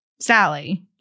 Sally